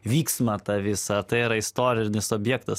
vyksmą tą visa tai yra istorinis objektas